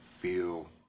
feel